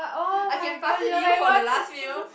I can pass it to you for the last meal